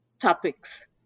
topics